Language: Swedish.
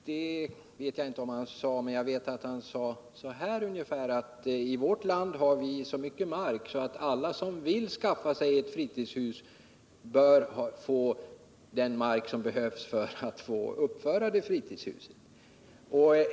Det vet jag inte om han sade, men jag vet att han sade ungefär så här: I vårt land har vi så mycket mark att alla som vill skaffa sig ett fritidshus bör kunna få den mark som behövs för att uppföra det fritidshuset.